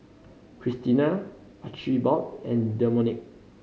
Krystina Archibald and Domenic